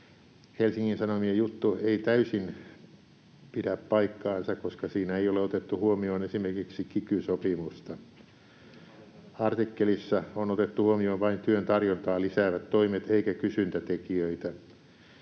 Helsingin Sanomien juttu ei täysin pidä paikkaansa, koska siinä ei ole otettu huomioon esimerkiksi kiky-sopimusta. Artikkelissa on otettu huomioon vain työn tarjontaa lisäävät toimet eikä kysyntätekijöitä.